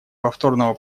повторного